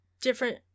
Different